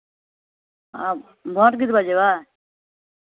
अऽ भोट गिरबय जेबै